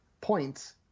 points